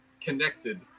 connected